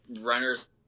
runners